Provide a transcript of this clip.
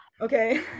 Okay